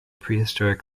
prehistoric